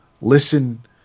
listen